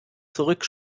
zurück